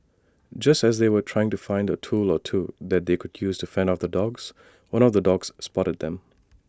just as they were trying to find A tool or two that they could use to fend off the dogs one of the dogs spotted them